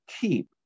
keep